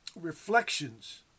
Reflections